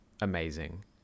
amazing